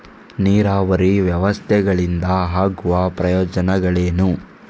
ನೀರಾವರಿ ವ್ಯವಸ್ಥೆಗಳಿಂದ ಆಗುವ ಪ್ರಯೋಜನಗಳೇನು?